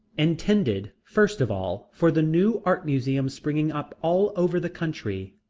intended, first of all, for the new art museums springing up all over the country.